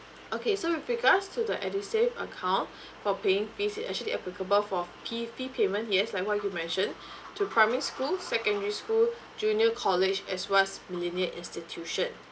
okay so with regards to the edusave account for paying fees it actually applicable for P_E_P payment yes like what you've mentioned to primary school secondary school junior college as well as millennia institution